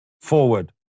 Forward